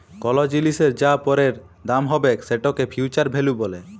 call জিলিসের যা পরের দাম হ্যবেক সেটকে ফিউচার ভ্যালু ব্যলে